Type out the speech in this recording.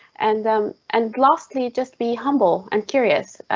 and um and lastly, just be humble and curious.